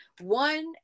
One